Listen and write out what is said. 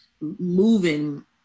moving